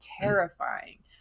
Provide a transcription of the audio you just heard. terrifying